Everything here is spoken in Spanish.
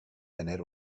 tener